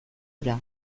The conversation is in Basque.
hura